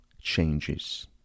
changes